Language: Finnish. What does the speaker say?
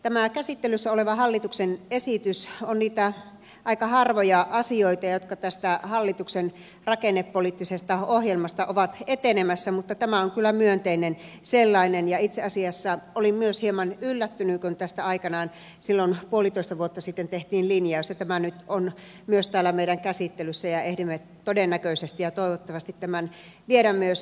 tämä käsittelyssä oleva hallituksen esitys on niitä aika harvoja asioita jotka tästä hallituksen rakennepoliittisesta ohjelmasta ovat etenemässä mutta tämä on kyllä myönteinen sellainen ja itse asiassa olin myös hieman yllättynyt kun tästä aikanaan silloin puolitoista vuotta sitten tehtiin linjaus ja tämä nyt on myös täällä meillä käsittelyssä ja ehdimme todennäköisesti ja toivottavasti tämän viedä myös eteenpäin